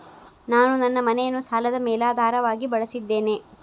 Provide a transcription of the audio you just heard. ನಾನು ನನ್ನ ಮನೆಯನ್ನು ಸಾಲದ ಮೇಲಾಧಾರವಾಗಿ ಬಳಸಿದ್ದೇನೆ